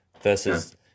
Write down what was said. versus